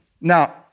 Now